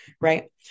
Right